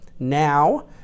Now